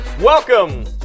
Welcome